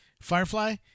Firefly